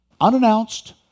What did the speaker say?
unannounced